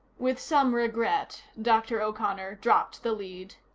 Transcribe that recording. with some regret, dr. o'connor dropped the lead.